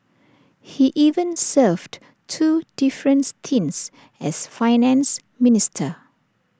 he even served two different stints as Finance Minister